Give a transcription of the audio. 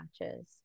matches